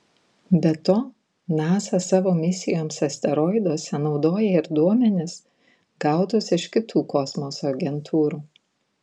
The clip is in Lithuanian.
be to nasa savo misijoms asteroiduose naudoja ir duomenis gautus iš kitų kosmoso agentūrų